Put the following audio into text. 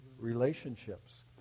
relationships